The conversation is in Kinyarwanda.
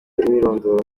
umwirondoro